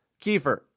Kiefer